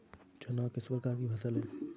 चना किस प्रकार की फसल है?